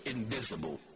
Invisible